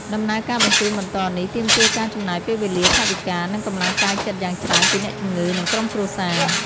ដំណើរការបញ្ជូនបន្តនេះ ទាមទារការចំណាយពេលវេលា ថវិកា និងកម្លាំងកាយចិត្តយ៉ាងច្រើនពីអ្នកជំងឺ និងក្រុមគ្រួសារ។